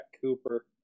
Cooper